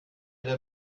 der